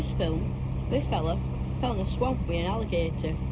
film. this fella fell in a swamp with an alligator,